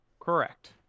Correct